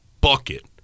bucket